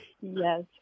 Yes